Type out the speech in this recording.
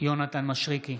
יונתן מישרקי,